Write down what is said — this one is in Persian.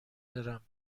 برم